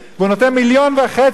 ונותן 1.5 מיליון בשנה,